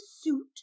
suit